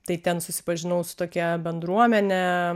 tai ten susipažinau su tokia bendruomene